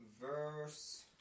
verse